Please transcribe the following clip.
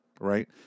Right